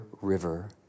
river